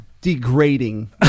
degrading